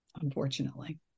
unfortunately